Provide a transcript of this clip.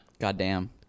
Goddamn